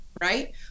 Right